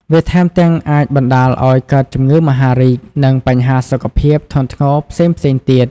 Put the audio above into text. វាថែមទាំងអាចបណ្តាលឲ្យកើតជំងឺមហារីក និងបញ្ហាសុខភាពធ្ងន់ធ្ងរផ្សេងៗទៀត។